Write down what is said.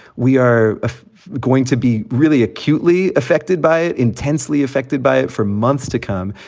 we are ah going to be really acutely affected by it, intensely affected by it for months to come.